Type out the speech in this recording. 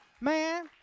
Man